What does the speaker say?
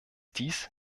dies